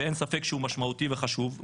שאין ספק שהוא משמעותי וחשוב,